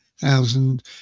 thousand